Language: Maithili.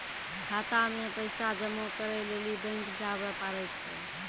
खाता मे पैसा जमा करै लेली बैंक जावै परै छै